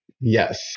Yes